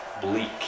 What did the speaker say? bleak